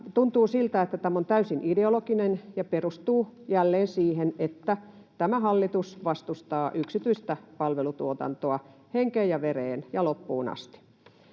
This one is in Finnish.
tuntuu siltä, että tämä on täysin ideologinen ja perustuu jälleen siihen, että tämä hallitus vastustaa yksityistä palvelutuotantoa henkeen ja vereen ja loppuun asti.